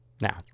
Now